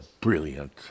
brilliant